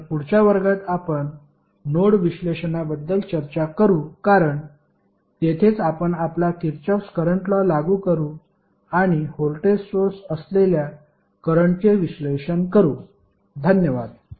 तर पुढच्या वर्गात आपण नोड विश्लेषणाबद्दल चर्चा करू कारण तेथेच आपण आपला किरचॉफ करंट लॉ लागू करू आणि व्होल्टेज सोर्स असलेल्या करंटचे विश्लेषण करू धन्यवाद